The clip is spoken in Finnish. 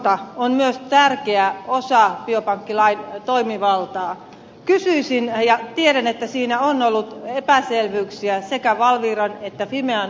valvonta on myös tärkeä osa biopankkilain toimivaltaa ja tiedän että siinä on ollut epäselvyyksiä sekä valviran että fimean osalta